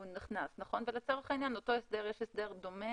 הוא נכנס, נכון, ולצורך העניין יש הסדר דומה